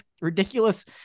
ridiculous